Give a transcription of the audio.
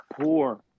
poor